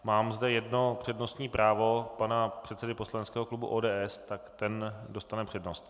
Mám zde jedno přednostní právo pana předsedy poslaneckého klubu ODS, takže ten dostane přednost.